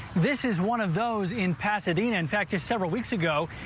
this is one of those in pasadena in fact, just several weeks ago,